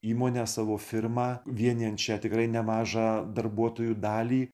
įmonę savo firmą vienijančią tikrai nemažą darbuotojų dalį